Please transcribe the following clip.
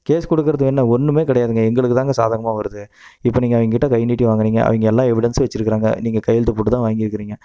case கொடுக்குறது என்ன ஒன்றுமே கிடையாதுங்க எங்களுக்கு தாங்க சாதகமாக வருது இப்போ நீங்கள் எங்ககிட்ட கை நீட்டி வாங்குறீங்க அவங்க எல்லா எவிடன்ஸும் வச்சுருக்குறாங்க நீங்கள் கையெழுத்து போட்டு தான் வாங்கியிருக்கிறீங்க